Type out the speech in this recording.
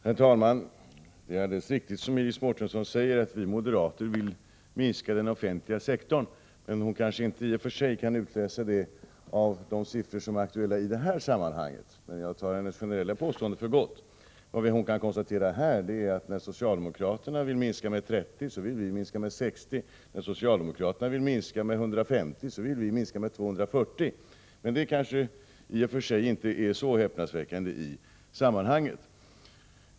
Herr talman! Det är alldeles riktigt som Iris Mårtensson säger att vi moderater vill minska den offentliga sektorn, men det kan hon kanske i och för sig inte utläsa av de siffror som är aktuella i detta sammanhang. Jag tar emellertid hennes generella påstående för gott. Vad Iris Mårtensson kan konstatera här är att när socialdemokraterna vill minska med 30 platser vill vi minska med 60 och när socialdemokraterna vill minska med 150 platser vill vi minska med 240. I och för sig är det kanske inte så häpnadsväckande i sammanhanget.